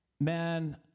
man